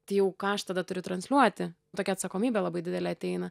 tai jau ką aš tada turiu transliuoti tokia atsakomybė labai didelė ateina